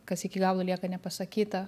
kas iki galo lieka nepasakyta